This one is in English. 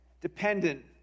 dependent